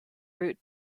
route